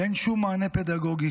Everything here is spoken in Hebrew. ואין שום מענה פדגוגי.